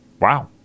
Wow